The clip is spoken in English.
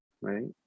right